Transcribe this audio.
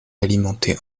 alimenté